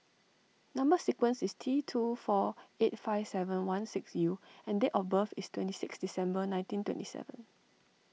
Number Sequence is T two four eight five seven one six U and date of birth is twenty six December nineteen twenty seven